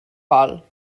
bol